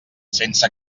sense